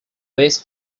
vez